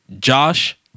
Josh